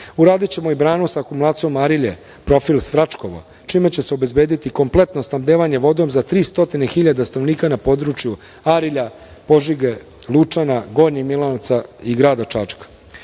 priobalja. Uradićemo i branu sa akumulacijom "Arilje - profil Svračkovo", čime će se obezbediti kompletno snabdevanje vodom za 300.000 stanovnika na području Arilja, Požege, Lučana, Gornjeg Milanovca i grada Čačka. Ne